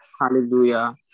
hallelujah